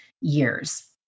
years